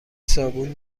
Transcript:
صابون